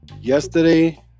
yesterday